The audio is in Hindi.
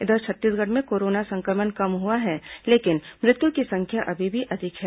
इधर छत्तीसगढ़ में कोरोना संक्रमण कम हुआ है लेकिन मृत्यु की संख्या अभी भी अधिक है